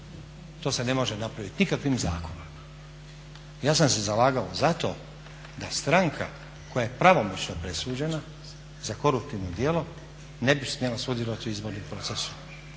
To se ne može napraviti nikakvim zakonom. Ja sam se zalagao za to da stranka koja je pravomoćno presuđena za koruptivno djelo ne bi smjela sudjelovati u izbornom procesu.